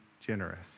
generous